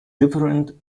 different